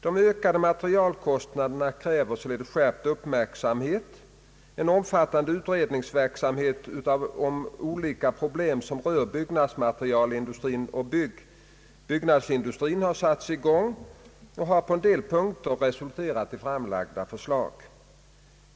De ökade <:materialkostnaderna «kräver skärpt uppmärksamhet. En omfattande utredningsverksamhet om olika problem som rör byggnadsmaterialindustrin och byggnadsindustrin har satts i gång och har på en del punkter resulterat i framlagda förslag.